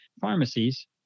pharmacies